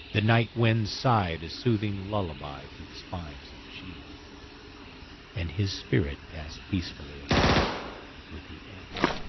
the night wind sighed a soothing lullaby through the spines of the she-oak, and his spirit passed peacefully away with the ebb.